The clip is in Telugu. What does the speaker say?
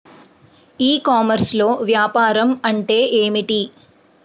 ఈ కామర్స్లో వ్యాపారం అంటే ఏమిటి?